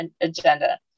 Agenda